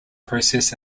process